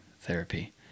Therapy